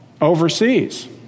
overseas